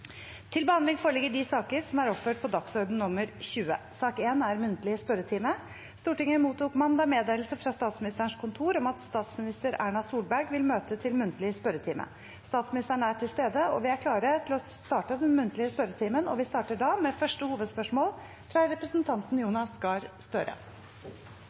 Stortinget mottok mandag meddelelse fra Statsministerens kontor om at statsminister Erna Solberg vil møte til muntlig spørretime. Statsministeren er til stede, og vi er klare til å starte den muntlige spørretimen. Vi starter da med første hovedspørsmål, fra representanten Jonas Gahr Støre.